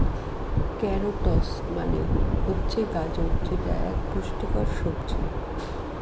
carrots মানে হচ্ছে গাজর যেটা এক পুষ্টিকর সবজি